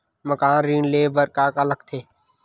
मकान ऋण ले बर का का लगथे?